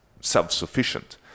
self-sufficient